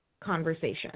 conversation